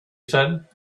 said